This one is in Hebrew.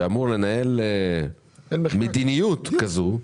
שאמור לנהל מדיניות כזו,